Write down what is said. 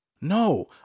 No